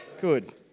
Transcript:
good